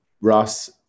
Ross